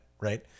Right